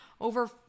over